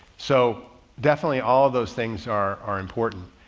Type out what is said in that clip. so definitely all of those things are important,